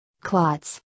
clots